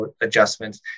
adjustments